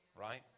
right